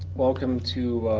welcome to